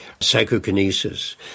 psychokinesis